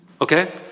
Okay